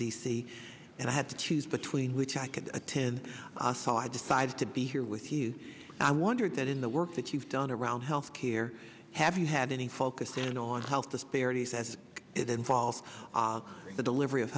c and i had to choose between which i could attend a so i decided to be here with you and i wondered that in the work that you've done around health care have you had any focused in on health disparities as it involved the delivery of